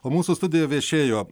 o mūsų studija viešėjo